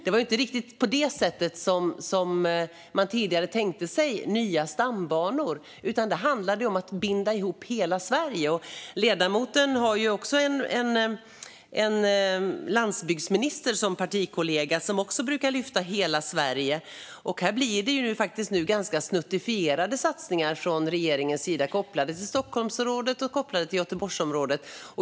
Det var inte riktigt på det sättet som man tidigare tänkte sig nya stambanor, utan det handlade om att binda ihop hela Sverige. Ledamoten har ju en landsbygdsminister som partikollega som också brukar lyfta fram hela Sverige. Men här blir det nu faktiskt ganska snuttifierade satsningar från regeringens sida, kopplade till Stockholmsområdet och Göteborgsområdet.